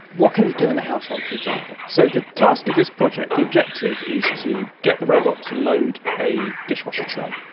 what can it do in the household, for example? so the task of this project, the objective is to get the robot to load a dishwasher tray.